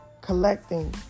collecting